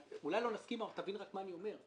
אולי לא נסכים אבל תבין רק מה שאני אומר.